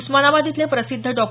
उस्मानाबाद इथले प्रसिद्ध डॉ